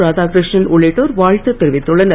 ராதாகிருஷ்ணன் உள்ளிட்டோர் வாழ்த்து தெரிவித்துள்ளனர்